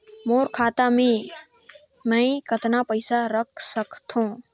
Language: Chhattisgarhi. मोर खाता मे मै कतना पइसा रख सख्तो?